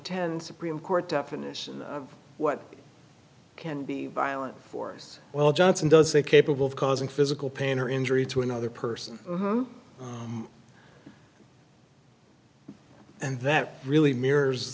ten supreme court definition of what can be violent force well johnson does say capable of causing physical pain or injury to another person and that really mirrors